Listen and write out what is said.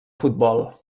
futbol